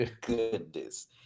goodness